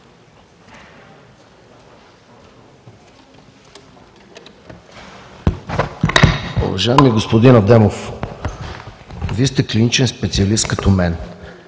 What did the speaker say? Вие сте клиничен специалист като мен.